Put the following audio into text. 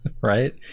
Right